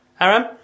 Aaron